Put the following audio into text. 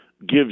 gives